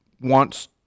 wants